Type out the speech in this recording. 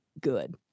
good